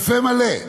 בפה מלא.